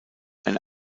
eine